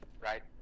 right